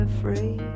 free